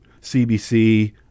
CBC